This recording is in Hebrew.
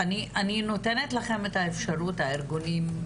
אני נותנת לכם את האפשרות, הארגונים,